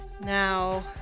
Now